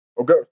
Okay